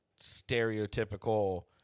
stereotypical